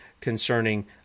concerning